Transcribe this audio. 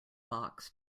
box